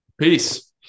peace